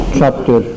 chapter